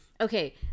okay